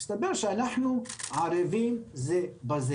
מסתבר שאנחנו ערבים זה בזה